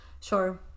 Sure